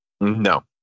No